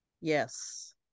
Yes